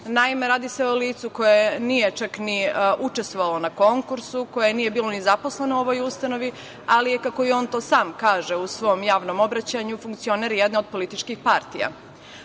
veća. Naime, radi se o licu koje nije čak ni učestvovalo na konkursu, koje nije bilo ni zaposleno u ovoj ustanovi, ali je on, kako on to sam kaže u svom javnom obraćanju, funkcioner jedne od političkih partija. Uprkos